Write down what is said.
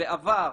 בעבר,